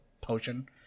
potion